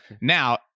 Now